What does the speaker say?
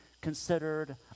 considered